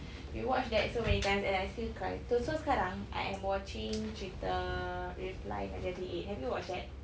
we watched that so many times and I still cry tu so sekarang I'm watching cerita reply nineteen ninety eight have you watched that